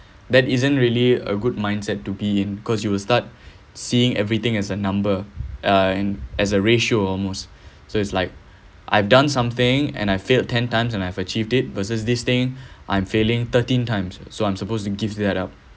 that isn't really a good mindset to be in cause you will start seeing everything as a number and as a ratio almost so it's like I've done something and I failed ten times and I've achieved it versus this thing I'm failing thirteen times so I'm supposed to give that up